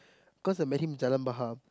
cause I met him Jalan-Bahar